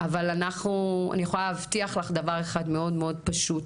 אבל אני יכולה להבטיח לך דבר אחד מאוד מאוד פשוט,